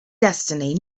destiny